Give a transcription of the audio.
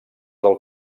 del